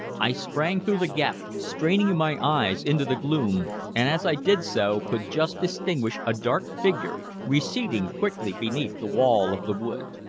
i sprang through the gap, straining my eyes into the gloom, and as i did so could just distinguish a dark figure receding quickly beneath the wall of the wood.